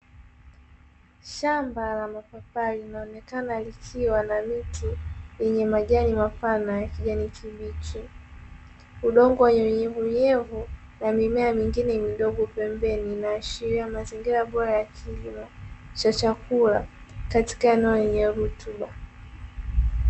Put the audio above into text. Shamba la mapapai linaonekana likiwa na miti yenye majani mapana ya kijani kibichi, udongo wenye unyevunyevu na mimea mingine midogo pembeni inaashiria mazingira bora ya kilimo cha chakula katika eneo lenye rutuba.